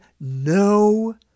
no